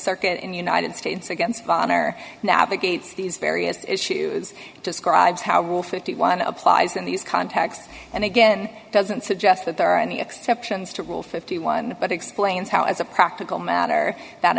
circuit in the united states against wagner navigates these various issues describes how will fifty one applies in these contexts and again doesn't suggest that there are any exceptions to rule fifty one but explains how as a practical matter that